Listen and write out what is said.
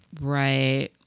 Right